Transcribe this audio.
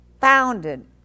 founded